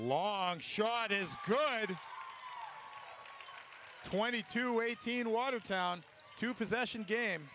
long shot is good the twenty two eighteen watertown to possession game